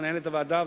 מנהלת הוועדה,